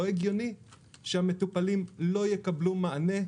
לא הגיוני שהמטופלים לא יקבלו מענה.